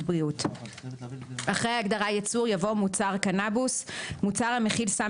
בריאות;" אחרי ההגדרה "ייצור" יבוא: ""מוצר קנבוס" מוצר המכיל סם